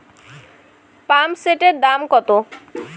পাম্পসেটের দাম কত?